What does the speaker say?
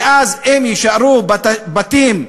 ואז, אם יישארו כמה בתים,